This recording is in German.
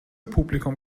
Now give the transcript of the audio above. publikum